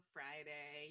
Friday